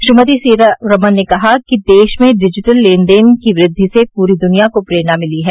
श्रीमती सीतारमण ने कहा कि देश में डिजिटल लेन देन की वृद्वि से पूरी दुनिया को प्रेरणा मिली है